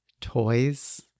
toys